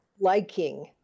liking